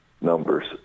numbers